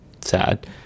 sad